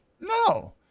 no